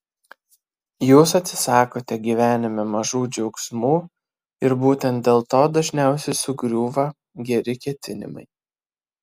jūs atsisakote gyvenime mažų džiaugsmų ir būtent dėl to dažniausiai sugriūva geri ketinimai